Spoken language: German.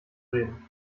reden